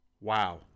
wow